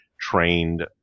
trained